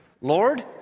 Lord